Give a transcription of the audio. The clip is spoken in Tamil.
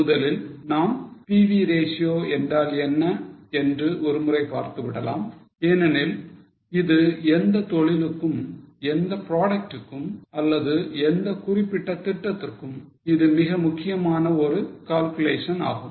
முதலில் நாம் PV ratio என்றால் என்ன என்று ஒரு முறை பார்த்துவிடலாம் ஏனெனில் இது எந்த தொழிலுக்கும் எந்த ப்ராடக்ட்டுக்கும் அல்லது எந்த குறிப்பிட்ட திட்டத்திற்கும் இது மிக முக்கியமான ஒரு calculation ஆகும்